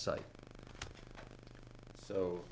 site so